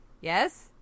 Yes